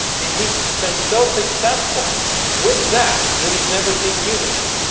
and he's been so successful with that that he's never ceased using it